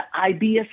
IBS